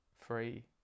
free